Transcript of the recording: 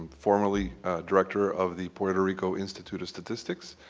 formally director of the puerto rico institute of statistics.